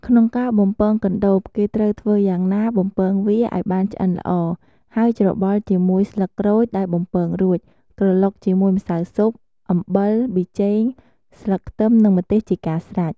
ក្នុងការបំពងកណ្តូប គេត្រូវធ្វើយ៉ាងណាបំពងវាឱ្យបានឆ្អិនល្អ ហើយច្របល់ជាមួយស្លឹកក្រូចដែលបំពងរួច ក្រឡុកជាមួយម្សៅស៊ុប អំបិល ប៊ីចេង ស្លឹកខ្ទឹមនិងម្ទេសជាការស្រេច។